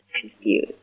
Confused